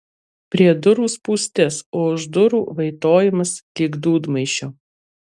prie durų spūstis o už durų vaitojimas lyg dūdmaišio